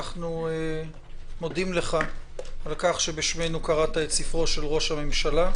אנחנו מודים לך על כך שבשמנו קראת את ספרו של ראש הממשלה.